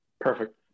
Perfect